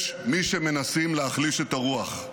יש מי שמנסים להחליש את הרוח.